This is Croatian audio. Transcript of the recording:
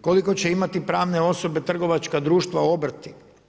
koliko će imati pravne osobe, trgovačka društva, obrti?